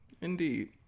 indeed